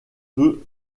peu